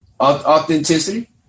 Authenticity